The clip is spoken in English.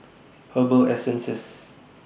Herbal Essences